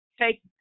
Take